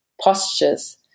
postures